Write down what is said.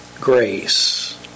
grace